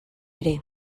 ere